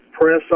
press